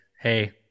hey